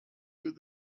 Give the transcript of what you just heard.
good